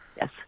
yes